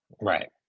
right